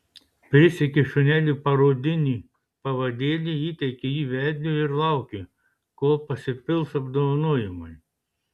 prisegi šuneliui parodinį pavadėlį įteiki jį vedliui ir lauki kol pasipils apdovanojimai